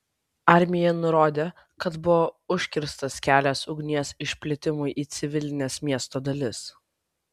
armija nurodė kad buvo užkirstas kelias ugnies išplitimui į civilines miesto dalis